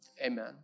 Amen